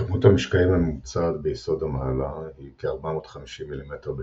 כמות המשקעים הממוצעת ביסוד המעלה היא כ-450 מ"מ בשנה,